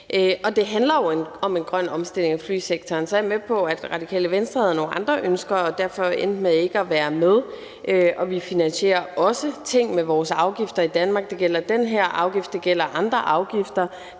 Det handler jo om en grøn omstilling af flysektoren. Så er jeg med på, at Radikale Venstre havde nogle andre ønsker og derfor endte med ikke at være med. Vi finansierer også ting med vores afgifter i Danmark. Det gælder den her afgift, og det gælder andre afgifter.